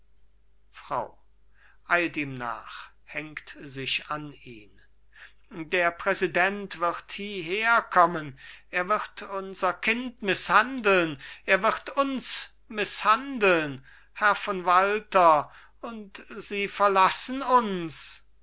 ihn der präsident wird hieher kommen er wird unser kind mißhandeln er wird uns mißhandeln herr von walter und sie verlassen uns